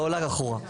לא עולה אחורה.